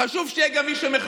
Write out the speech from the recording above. חשוב שיהיה מי שלא אוכל כשר,